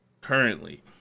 currently